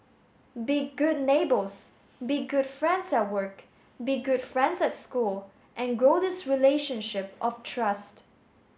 be good neighbours be good friends at work be good friends at school and grow this relationship of trust